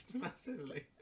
massively